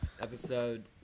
episode